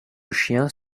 chiens